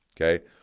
Okay